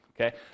okay